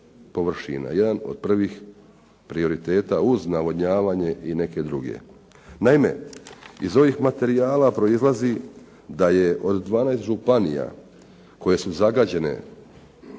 Jedan od prvih prioriteta uz navodnjavanje i neke druge. Naime, iz ovih materijala proizlazi da je od 12 županija koje su zagađene